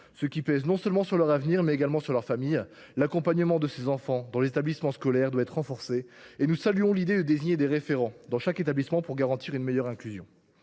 ce qui pèse non seulement sur leur avenir, mais également sur leurs familles. L’accompagnement de ces enfants dans les établissements scolaires doit être renforcé. C’est pourquoi nous saluons l’idée de désigner des référents dans chaque établissement pour garantir une meilleure inclusion.